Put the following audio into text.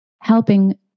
helping